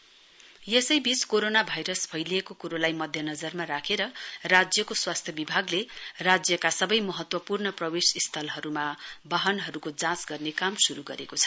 corona virus traffic corona virus फैलिएको कुरोलाई ध्यानमा राखेर राज्यको स्वास्थ्य विभागले राज्यका सवै महत्वपूर्ण प्रवेशस्थलहरुमा वाहनहरुको जाँच गर्ने काम शुरु गरेको छ